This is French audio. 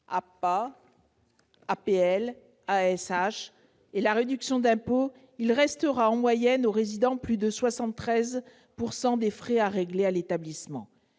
APA, APL, ASH et la réduction d'impôt -, il restera en moyenne au résident plus de 73 % des frais à régler à l'établissement.